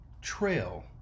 trail